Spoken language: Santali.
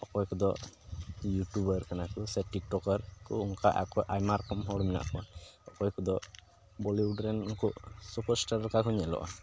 ᱚᱠᱚᱭ ᱠᱚᱫᱚ ᱤᱭᱩᱴᱩᱵᱟᱨ ᱠᱟᱱᱟ ᱠᱚ ᱥᱮ ᱴᱤᱠ ᱴᱚᱠᱟᱨ ᱠᱚ ᱚᱱᱠᱟ ᱟᱠᱚ ᱟᱭᱢᱟ ᱨᱚᱠᱚᱢ ᱦᱚᱲ ᱢᱮᱱᱟᱜ ᱠᱚᱣᱟ ᱚᱠᱚᱭ ᱠᱚᱫᱚ ᱵᱚᱞᱤᱭᱩᱰ ᱨᱮᱱ ᱩᱱᱠᱩ ᱥᱩᱯᱟᱨᱥᱴᱟᱨ ᱞᱮᱠᱟ ᱠᱚ ᱧᱮᱞᱚᱜᱼᱟ